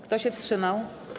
Kto się wstrzymał?